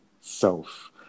self